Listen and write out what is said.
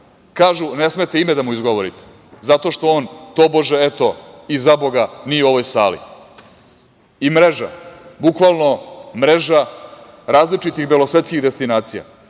Kažu, ne smete ime da mu izgovorite, zato on, tobože, eto, i zaboga, nije u ovoj sali. I mreža, bukvalno, mreža različitih belosvetskih destinacija,